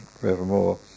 forevermore